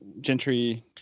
gentry